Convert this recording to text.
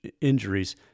injuries